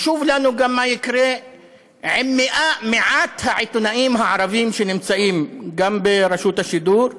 חשוב לנו גם מה יקרה עם מעט העיתונאים הערבים שנמצאים גם ברשות השידור,